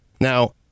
Now